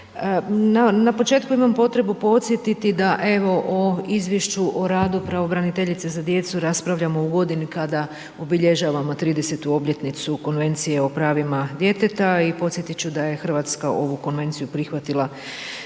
Na početku imam potrebu podsjetiti da evo u ovom izvješću o radu pravobraniteljice za djecu raspravljamo u godini kada obilježavamo 30.-tu obljetnicu Konvencije o pravima djeteta i podsjetit ću da je RH ovu konvenciju prihvatila